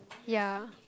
ya